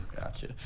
Gotcha